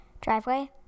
driveway